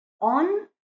on